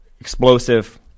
explosive